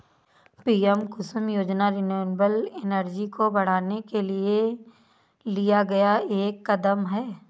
PM Kusum योजना renewable energy को बढ़ाने के लिए लिया गया एक कदम है